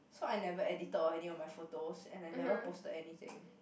so I never edited on any of my photos and I never posted anything